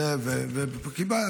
וקיבלתי.